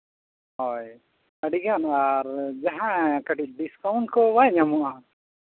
ᱦᱳᱭ ᱟᱹᱰᱤᱜᱟᱱ ᱟᱨ ᱡᱟᱦᱟᱸ ᱠᱟᱹᱴᱤᱡ ᱰᱤᱥᱠᱟᱣᱩᱱᱴ ᱠᱚ ᱵᱟᱭ ᱧᱟᱢᱚᱜᱼᱟ